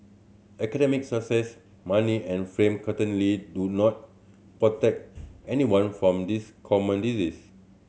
academic success money and fame certainly do not protect anyone from this common disease